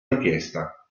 richiesta